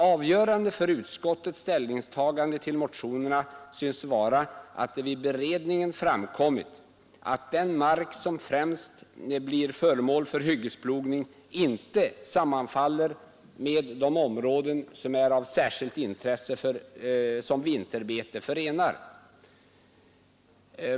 Avgörande för utskottets ställningstagande till motionerna synes vara att det vid beredningen framkommit att den mark som främst blir föremål för hyggesplogning inte sammanfaller med de områden som är av särskilt intresse som vinterbete för renar.